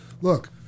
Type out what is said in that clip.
look